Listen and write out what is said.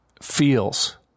feels